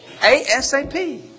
ASAP